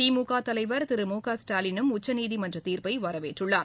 திமுக தலைவர் திரு முகஸ்டாலினும் உச்சநீதிமன்றத்தின் தீர்ப்பை வரவேற்றுள்ளார்